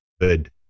good